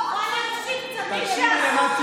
לא רוצים אתכם בקואליציה.